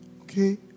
okay